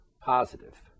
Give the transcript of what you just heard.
positive